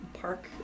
park